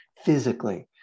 physically